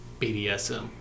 BDSM